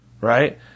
right